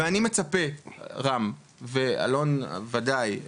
ואני מצפה רם ואלון בוודאי,